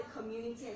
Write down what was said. Community